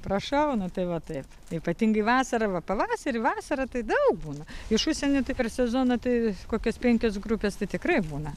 prašau nu tai va taip ypatingai vasarą va pavasarį vasarą tai daug būna iš užsienio tai per sezoną tai kokios penkios grupės tai tikrai būna